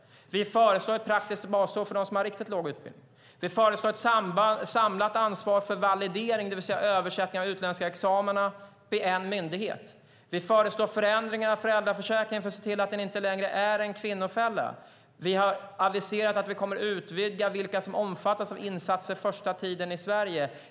Vi föreslår ett praktiskt basår för dem som har riktigt låg utbildning. Vi föreslår ett samlat ansvar för validering, det vill säga översättning av utländska examina, vid en myndighet. Vi föreslår en förändring av föräldraförsäkringen för att se till att den inte längre blir en kvinnofälla. Vi har aviserat att vi kommer att utvidga det antal som omfattas av insatser den första tiden i Sverige.